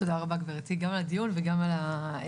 תודה רבה גבירתי גם על הדיון וגם על ההתחשבות.